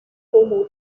formal